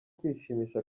kwishimisha